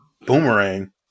boomerang